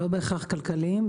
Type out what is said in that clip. לא בהכרח כלכליים,